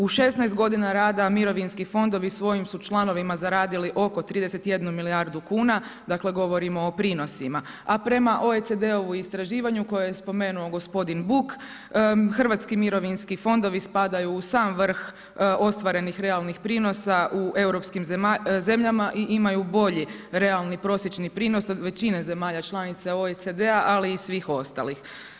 U 16 godina rada mirovinski fondovi svojim su članovima zaradili oko 31 milijardu kuna, dakle govorimo o prinosima, a prema OECD-ovu istraživanju koje je spomenuo gospodin Buk, hrvatski mirovinski fondovi spadaju u sam vrh ostvarenih realnih prinosa u europskim zemljama i imaju bolji realni prosječni prinos od većine zemalja članica OECD-a ali i svih ostalih.